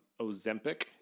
Ozempic